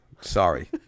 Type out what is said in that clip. Sorry